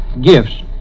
gifts